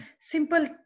simple